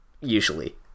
Usually